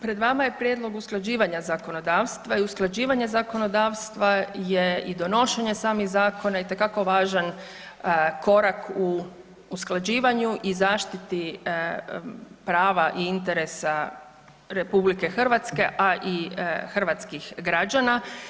Pred vama je prijedlog usklađivanja zakonodavstva i usklađivanja zakonodavstva je i donošenje i samih zakona itekako važan korak u usklađivanju i zaštiti prava i interesa RH a i Hrvatskih građana.